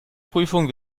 prüfung